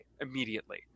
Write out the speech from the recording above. immediately